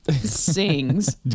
sings